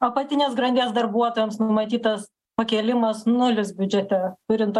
apatinės grandies darbuotojams numatytas pakėlimas nulis biudžete turint